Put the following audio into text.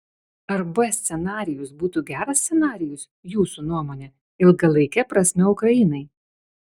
ar b scenarijus būtų geras scenarijus jūsų nuomone ilgalaike prasme ukrainai